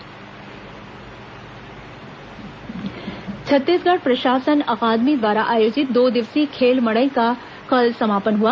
खेल मड़ई छत्तीसगढ़ प्रशासन अकादमी द्वारा आयोजित दो दिवसीय खेल मड़ई का कल समापन हुआ